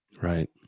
Right